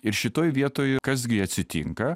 ir šitoj vietoj kas gi atsitinka